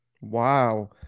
Wow